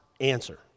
answer